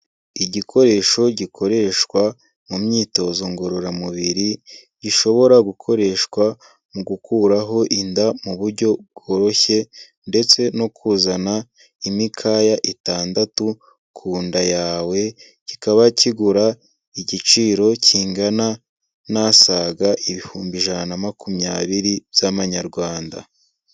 Igikoresho gikoreshwa mu myitozo ngororamubiri gishobora gukoreshwa mu gukuraho inda mu buryo bworoshye ndetse no kuzana imikaya itandatu ku nda yawe, kikaba kigura igiciro kingana n'asaga ibihumbi ijana na makumyabiri by'Amanyarwanda.